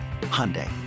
Hyundai